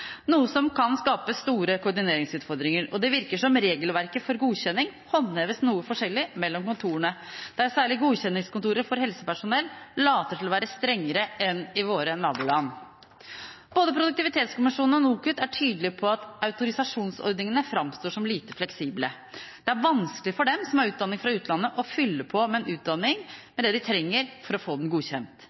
virker som regelverket for godkjenning håndheves noe forskjellig mellom kontorene, der særlig godkjenningskontoret for helsepersonell later til å være strengere enn i våre naboland.» Både Produktivitetskommisjonen og NOKUT er tydelige på at autorisasjonsordningene framstår som lite fleksible. Det er vanskelig for dem som har utdanning fra utlandet, å fylle på en utdanning med det de trenger for å få den godkjent.